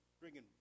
bringing